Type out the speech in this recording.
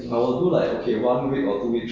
that's true